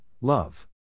love